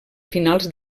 finals